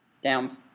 down